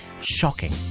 shocking